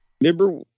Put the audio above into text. remember